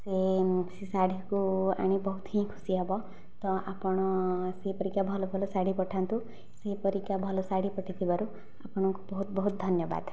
ସେ ସେ ଶାଢ଼ୀକୁ ଆଣି ବହୁତ ହିଁ ଖୁସି ହେବ ତ ଆପଣ ସେହିପରିକା ଭଲ ଭଲ ଶାଢ଼ୀ ପଠାନ୍ତୁ ସେହିପରିକା ଭଲ ଶାଢ଼ୀ ପଠେଇଥିବାରୁ ଆପଣଙ୍କୁ ବହୁତ ବହୁତ ଧନ୍ୟବାଦ